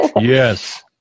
Yes